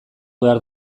behar